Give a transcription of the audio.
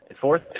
fourth